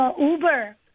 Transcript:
Uber